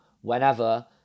whenever